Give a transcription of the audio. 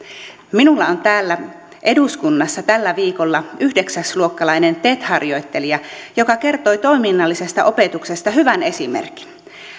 minulla on täällä eduskunnassa tällä viikolla yhdeksäsluokkalainen tet harjoittelija joka kertoi toiminnallisesta opetuksesta hyvän esimerkin